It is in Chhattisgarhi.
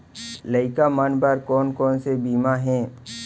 लइका मन बर कोन कोन से बीमा हे?